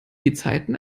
gezeiten